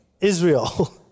Israel